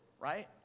right